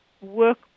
work